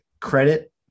credit